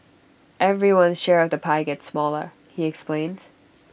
everyone's share of the pie gets smaller he explains